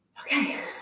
okay